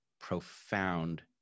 profound